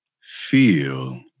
Feel